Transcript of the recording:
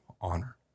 honor